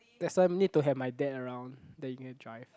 that's why need to have my dad around then you can drive